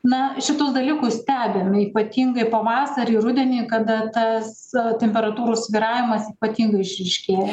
na šituos dalykus stebim ypatingai pavasarį rudenį kada tas temperatūrų svyravimas ypatingai išryškėja